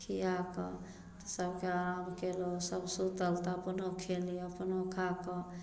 खियाकऽ तऽ सभके आराम केलहुॅं सभ सुतल तऽ अपनो खेली अपनो खाकऽ